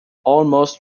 almost